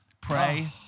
Pray